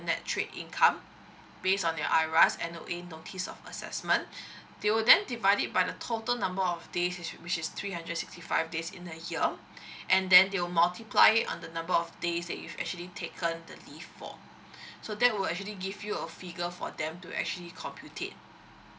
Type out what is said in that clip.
net trade income based on your I_R_S N_O_A notice of assessment they'll then divide it by the total number of days which is which is three hundred sixty five days in a year and then they will multiply it on the number of days that you have actually taken the leave for so that will actually give you a figure for them to actually computate